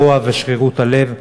הרוע ושרירות הלב,